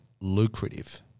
lucrative